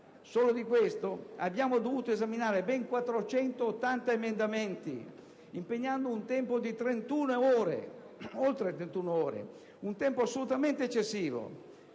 e 23 commi abbiamo dovuto esaminare ben 480 emendamenti, impegnando un tempo di oltre 31 ore; un tempo assolutamente eccessivo.